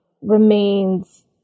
remains